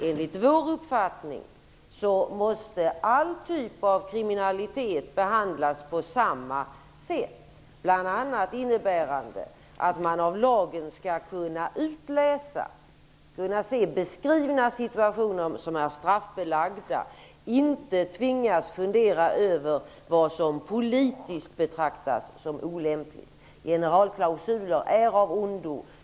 Enligt vår uppfattning måste all typ av kriminalitet behandlas på samma sätt. Det innebär bl.a. att man av lagen skall kunna utläsa och se beskrivna situationer som är straffbelagda och inte tvingas fundera över vad som politiskt betraktas som olämpligt. Generalklausuler är av ondo.